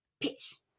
peace